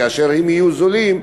כאשר אם יהיו זולים,